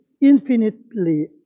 infinitely